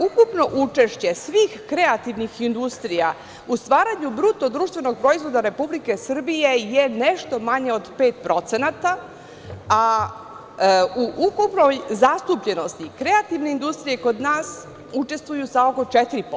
Ukupno učešće svih kreativnih industrija u stvaranju BDP Republike Srbije je nešto manje od 5%, a u ukupnoj zastupljenosti kreativne industrije kod nas učestvuju samo po 4%